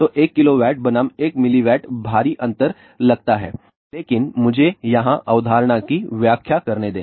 तो 1 किलोवाट बनाम 1 mW भारी अंतर लगता है लेकिन मुझे यहां अवधारणा की व्याख्या करने दे